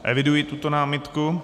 Eviduji tuto námitku.